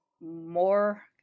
more